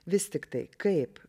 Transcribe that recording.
vis tiktai kaip